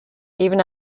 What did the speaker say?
even